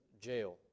jail